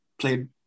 played